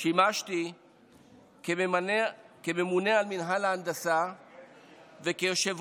שימשתי ממונה על מינהל ההנדסה וכיושב-ראש